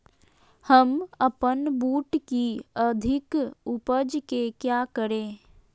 हम अपन बूट की अधिक उपज के क्या करे?